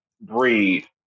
breed